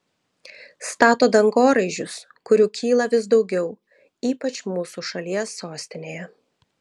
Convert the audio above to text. stato dangoraižius kurių kyla vis daugiau ypač mūsų šalies sostinėje